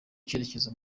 icyerekezo